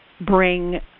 bring